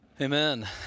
Amen